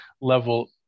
level